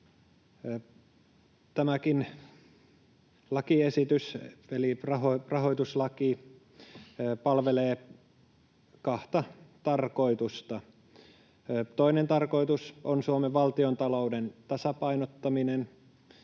Tämäkin lakiesitys eli rahoituslaki palvelee kahta tarkoitusta. Toinen tarkoitus on Suomen valtiontalouden tasapainottaminen.